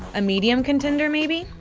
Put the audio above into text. a medium contender, maybe?